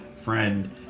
friend